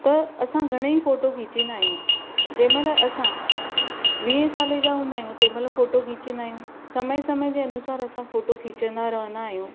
त असां घणा ई फोटो खीचींदा आहियूं जंहिंमहिल असां वीह सालें जा हूंदा आहियूं तंहिंमहिल फोटो खीचींदा आहियूं समय समय जे अनुसारु असां फोटो खीचींदा रहंदा आहियूं